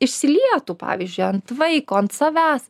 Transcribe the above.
išsilietų pavyzdžiui ant vaiko ant savęs